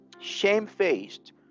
shamefaced